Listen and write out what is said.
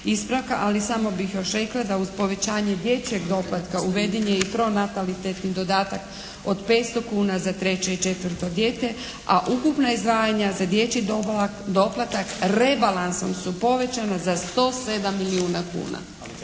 Ali samo bih još rekla da uz povećanje dječjeg doplatka uveden je i pronatalitetni dodatak od 500 kuna za treće i četvrto dijete a ukupna izdvajanja za dječji doplatak rebalansom su povećana za 107 milijuna kuna.